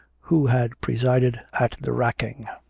who had presided at the racking.